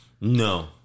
No